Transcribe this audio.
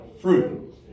fruit